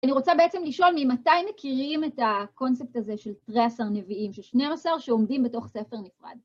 אני רוצה בעצם לשאול ממתי מכירים את הקונספט הזה של תרי עשר נביאים, של 12 שעומדים בתוך ספר נפרד.